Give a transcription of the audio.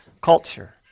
culture